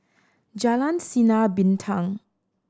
Jalan Sinar Bintang